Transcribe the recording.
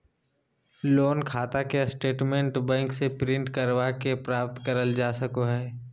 loan खाता के statement bank से प्रिंट करवा के प्राप्त करल जा सको हय